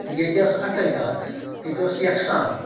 ییٚتہِ ٲس اَکٔے کَتھ ییٚتہِ اوس یَکساں